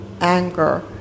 anger